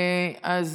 שישה?